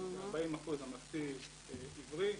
40% ממלכתי-עברי,